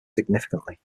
significantly